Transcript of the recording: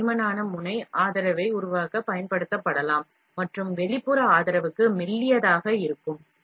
இந்த தடிமனான முனை ஆதரவை உருவாக்க பயன்படுத்தப்படலாம் மற்றும் வெளிப்புற ஆதரவுக்கு மெல்லியதாக இருக்கும்